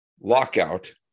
lockout